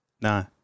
No